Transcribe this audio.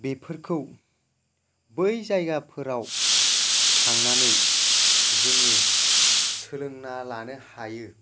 बेफोरखौ बै जायगाफोराव थांनानै जोङो सोलोंना लानो हायो